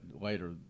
later